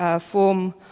form